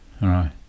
Right